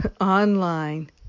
online